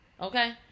Okay